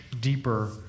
deeper